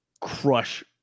crush